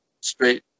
straight